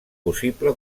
possible